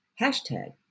Hashtag